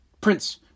Prince